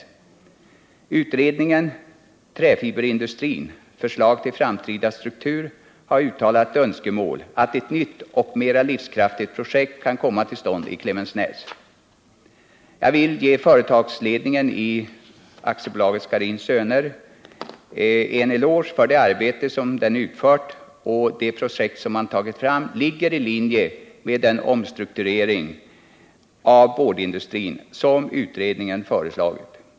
I utredningsbetänkandet Träfiberskiveindustrin — förslag till framtida struktur — uttalas önskemål om att ett nytt och mera livskraftigt projekt skall komma till stånd i Klemensnäs. Jag vill ge företagledningen i AB Scharins Söner en eloge för det arbete som den utfört. Det projekt som man har tagit fram ligger i linje med den omstrukturering av boardindustrin som utredningen föreslagit.